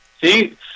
See